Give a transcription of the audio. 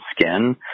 skin